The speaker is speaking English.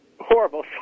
horrible